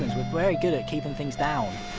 we're very good at keeping things down.